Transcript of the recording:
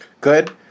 Good